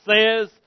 says